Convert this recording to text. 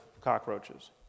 cockroaches